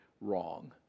wrong